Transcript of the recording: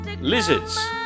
lizards